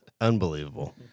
Unbelievable